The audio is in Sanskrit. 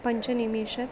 पञ्चनिमिषत्